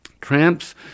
Tramps